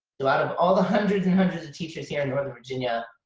so out of all the hundreds and hundreds of teachers here in northern virginia,